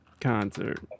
concert